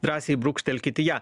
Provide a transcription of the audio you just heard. drąsiai brūkštelkit į ją